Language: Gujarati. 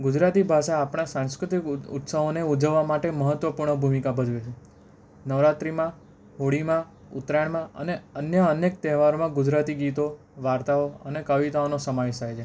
ગુજરાતી ભાષા આપણા સાંસ્કૃતિક ઉ ઉત્સાહઓને ઉજવવા માટે મહત્ત્વપૂર્ણ ભૂમિકા ભજવે છે નવરાત્રીમાં હોળીમાં ઉતરાયણમાં અને અન્ય અનેક તહેવારમાં ગુજરાતી ગીતો વાર્તાઓ અને કવિતાઓનો સમાવેશ થાય છે